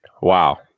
Wow